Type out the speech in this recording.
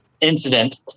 incident